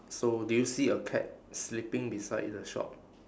so do you see a cat sleeping beside the shop